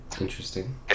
Interesting